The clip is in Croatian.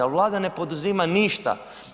Ali Vlada ne poduzima ništa.